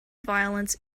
violence